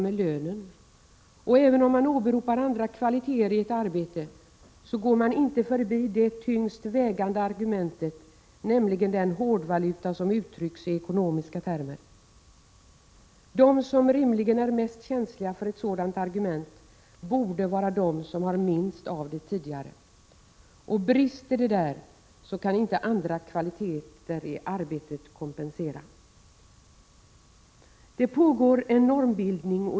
En av de fem skrifterna, ”En ny stolthet”, behandlar utbildningsoch förändringsarbetet i hemtjänsten. Det är emellertid också nödvändigt att ta centrala initiativ för att underlätta personalrekrytering och vidta åtgärder som gör det möjligt för kommunerna att behålla sin personal.